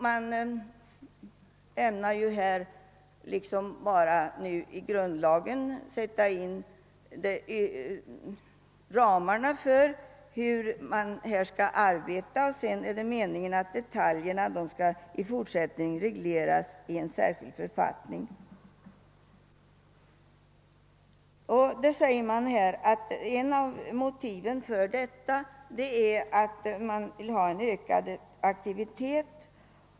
Man ämnar i grundlagen bara ange ramarna för hur riksdagen skall arbeta, och det är meningen att detaljerna i fortsättningen skall regleras i en särskild författning. Det sägs att ett av motiven för detta är att man vill åstadkomma en ökad effektivitet.